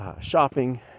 shopping